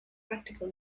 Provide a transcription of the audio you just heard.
practical